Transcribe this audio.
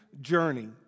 journey